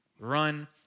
Run